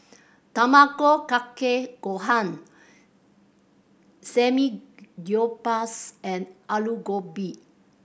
Tamago Kake Gohan Samgyeopsal and Alu Gobi